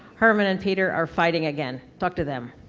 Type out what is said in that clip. herman and peter are fighting again. talk to them.